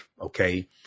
okay